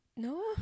No